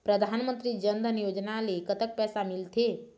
परधानमंतरी जन धन योजना ले कतक पैसा मिल थे?